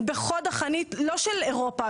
הם בחוד החנית לא של אירופה,